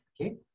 okay